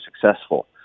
successful